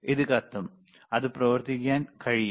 ഇത് കത്തും അത് പ്രവർത്തിപ്പിക്കാൻ കഴിയില്ല